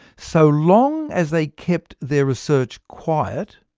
so long as they kept their research quiet,